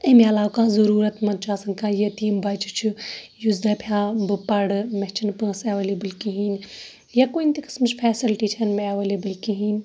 امہِ عَلاوٕ کانٛہہ ضروٗرَت مَنٛد چھُ آسان کانٛہہ یتیٖم بَچہٕ چھُ یُس دَپہِ ہا بہٕ پَرٕ مےٚ چھِنہٕ پونٛسہٕ ایٚولیبٕل کِہیٖنۍ یا کُنہِ تہِ قِسمٕچ فیسَلٹی چھَنہِ مےٚ ایٚولیبٕل کِہیٖنۍ